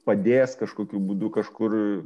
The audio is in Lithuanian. padės kažkokiu būdu kažkur